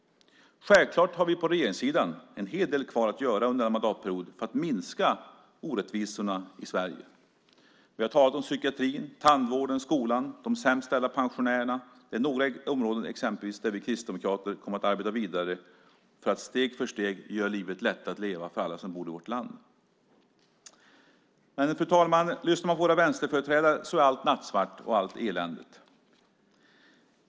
Självfallet har vi på regeringssidan en hel del kvar att göra under denna mandatperiod för att minska orättvisorna i Sverige. Vi har talat om psykiatrin, tandvården, skolan och de sämst ställda pensionärerna. Det är exempel på några områden där vi kristdemokrater kommer att arbeta vidare för att steg för steg göra livet lättare att leva för alla som bor i vårt land. Fru talman! Lyssnar man på våra vänsterföreträdare är allt nattsvart och eländigt.